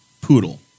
poodle